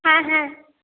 হ্যাঁ হ্যাঁ